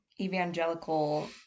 evangelical